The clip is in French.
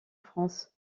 france